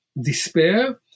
despair